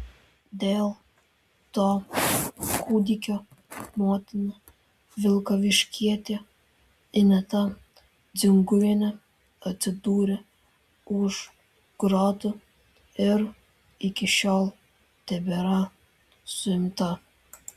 dėl to kūdikio motina vilkaviškietė ineta dzinguvienė atsidūrė už grotų ir iki šiol tebėra suimta